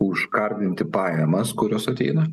užkardinti pajamas kurios ateina